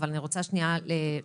אבל אני רוצה שנייה לצמצם,